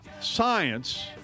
science